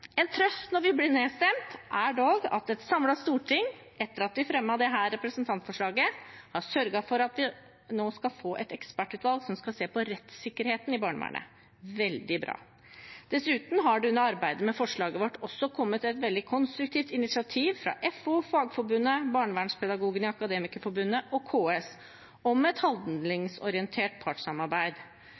En trøst når vi blir nedstemt, er dog at et samlet storting, etter at vi fremmet dette representantforslaget, har sørget for at vi nå skal få et ekspertutvalg som skal se på rettssikkerheten i barnevernet. Veldig bra. Dessuten har det under arbeidet med forslaget vårt også kommet et veldig konstruktivt initiativ fra FO, Fagforbundet, Barnevernspedagogene i Akademikerforbundet og KS om et handlingsorientert partssamarbeid